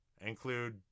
include